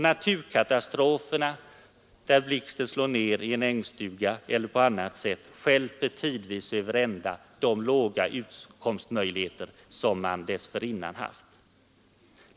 Naturkatastrofer, som när blixten slår ner i en ängsstuga, stjälper tidvis över ända de små utkomstmöjligheter som man dessförinnan haft.